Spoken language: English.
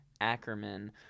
Ackerman